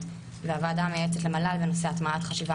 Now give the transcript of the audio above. והוועדה המייעצת למל"ג על הנושא של הטמעת חשיבה